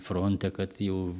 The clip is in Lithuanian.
fronte kad jau